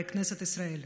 בכנסת ישראל.